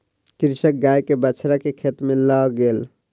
कृषक गाय के बछड़ा के खेत में लअ गेल